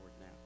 now